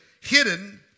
hidden